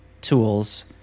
tools